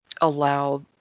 allow